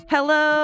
Hello